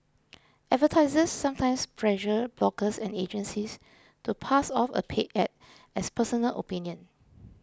advertisers sometimes pressure bloggers and agencies to pass off a paid ad as personal opinion